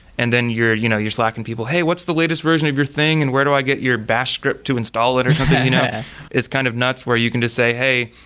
and then your you know your slacking people, hey, what's the latest version of your thing and where do i get your bash script to install it or something? it's kind of nuts where you can just say, hey,